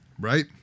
Right